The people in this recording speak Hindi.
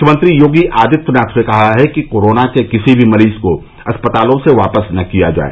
मुख्यमंत्री योगी आदित्यनाथ ने कहा है कि कोरोना के किसी भी मरीज को अस्पतालों से वापस न किया जाय